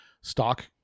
stock